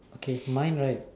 okay if mine right